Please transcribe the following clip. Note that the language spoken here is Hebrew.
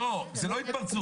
לא, זה לא התפרצות.